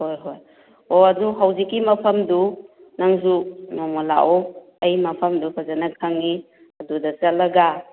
ꯍꯣꯏ ꯍꯣꯏ ꯑꯣ ꯑꯗꯣ ꯍꯧꯖꯤꯛꯀꯤ ꯃꯐꯝꯗꯨ ꯅꯪꯁꯨ ꯅꯣꯡꯃ ꯂꯥꯛꯑꯣ ꯑꯩ ꯃꯐꯝꯗꯨ ꯐꯖꯅ ꯈꯪꯉꯤ ꯑꯗꯨꯗ ꯆꯠꯂꯒ